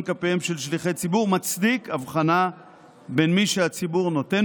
כפיהם של שליחי ציבור מצדיק הבחנה בין מי שהציבור נותן